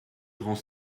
grands